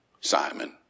Simon